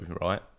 right